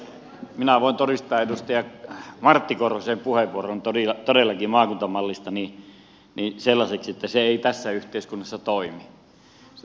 minä voin todellakin todistaa edustaja martti korhosen puheenvuoron maakuntamallista sellaiseksi että se ei tässä yhteiskunnassa toimi